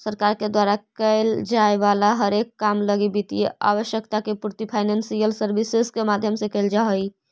सरकार के द्वारा कैल जाए वाला हरेक काम लगी वित्तीय आवश्यकता के पूर्ति फाइनेंशियल सर्विसेज के माध्यम से कैल जा हई